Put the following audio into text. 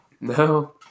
No